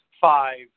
five